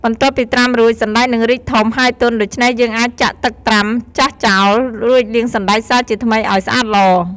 បន្ទាប់ពីត្រាំរួច សណ្តែកនឹងរីកធំ ហើយទន់ ដូច្នេះយើងអាចចាក់ទឹកត្រាំចាស់ចោល រួចលាងសណ្តែកសារជាថ្មីឱ្យស្អាតល្អ។